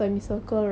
okay